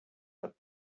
that